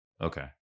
Okay